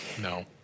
No